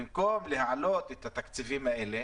במקום להעלות את התקציבים האלה